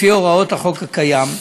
לפי הוראות החוק הקיים,